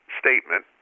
statement